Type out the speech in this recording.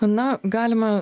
na galima